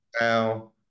Now